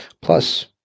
Plus